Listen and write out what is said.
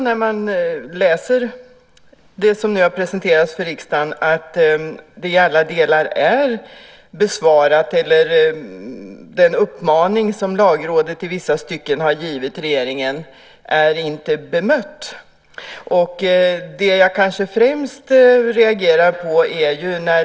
När man läser det som nu har presenterats för riksdagen är det inte i alla delar besvarat. Den uppmaning som Lagrådet i vissa stycken har givit regeringen är inte bemött. Det jag kanske främst reagerar på är följande.